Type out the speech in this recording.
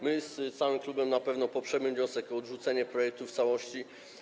My z całym klubem na pewno poprzemy wniosek o odrzucenie projektu w całości.